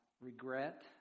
regret